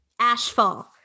Ashfall